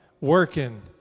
Working